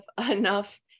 enough